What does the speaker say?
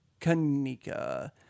Kanika